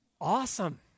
Awesome